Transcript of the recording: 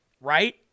right